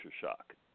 shock